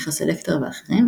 מיכה סלקטר ואחרים,